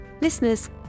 Listeners